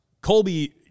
Colby